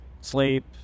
sleep